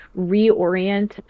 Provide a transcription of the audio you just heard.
reorient